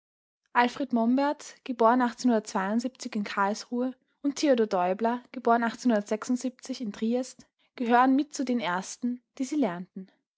in karlsruhe und oder dauba in triest gehören zu den ersten die sie lernten